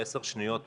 בעשר השניות האלה,